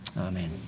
Amen